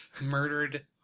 Murdered